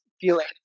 feeling